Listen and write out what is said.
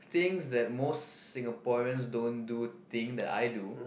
things that most Singaporeans don't do thing that I do